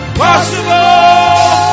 possible